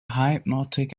hypnotic